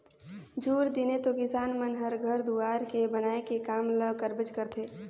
झूर दिने तो किसान मन हर घर दुवार के बनाए के काम ल करबेच करथे